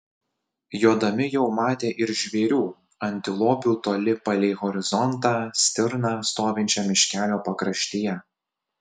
jodami jau matė ir žvėrių antilopių toli palei horizontą stirną stovinčią miškelio pakraštyje